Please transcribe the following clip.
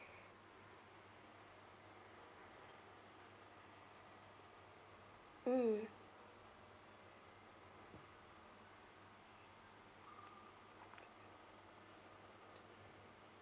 mm